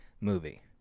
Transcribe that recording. movie